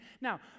Now